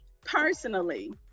personally